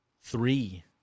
Three